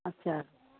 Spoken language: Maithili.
अच्छा